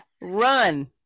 run